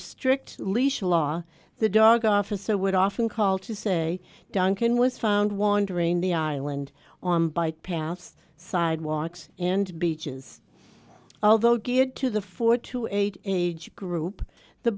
strict leash law the dog officer would often call to say duncan was found wandering the island on bike paths sidewalks and beaches although good to the four to eight age group the